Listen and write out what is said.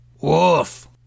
Woof